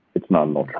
it's not an like